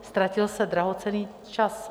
Ztratil se drahocenný čas.